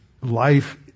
life